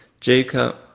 Jacob